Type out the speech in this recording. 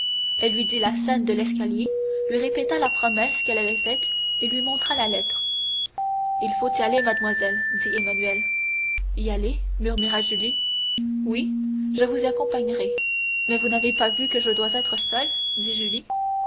elle lui dit la scène de l'escalier lui répéta la promesse qu'elle avait faite et lui montra la lettre il faut y aller mademoiselle dit emmanuel y aller murmura julie oui je vous y accompagnerai mais vous n'avez pas vu que je dois être seule dit